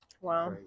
Wow